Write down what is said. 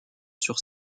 sur